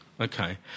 Okay